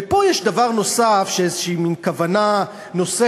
ופה יש דבר נוסף של איזושהי כוונה נוספת,